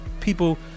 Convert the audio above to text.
people